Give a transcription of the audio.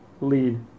lead